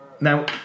Now